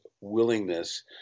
willingness